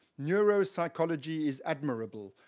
neuropsychology is admirable,